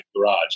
garage